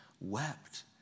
wept